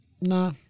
Nah